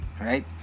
right